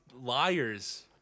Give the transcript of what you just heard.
liars